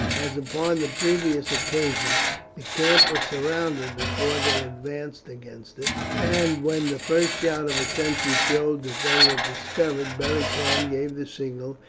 as upon the previous occasion the camp was surrounded before they advanced against it, and when the first shout of a sentry showed that they were discovered beric's horn gave the signal,